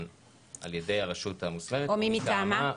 על ידי הרשות המוסמכת או מי מטעמה.